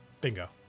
Bingo